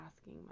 asking